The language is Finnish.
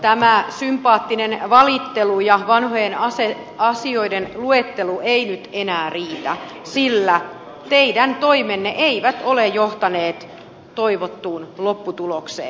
tämä sympaattinen valittelu ja vanhojen asioiden luettelu ei nyt enää riitä sillä teidän toimenne eivät ole johtaneet toivottuun lopputulokseen